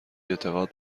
اعتقاد